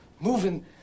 Moving